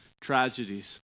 tragedies